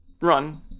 run